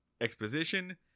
exposition